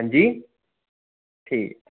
अंजी ठीक